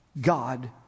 God